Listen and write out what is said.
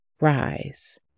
rise